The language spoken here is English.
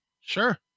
Sure